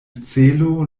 celo